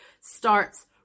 starts